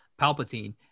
Palpatine